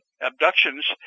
abductions